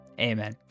amen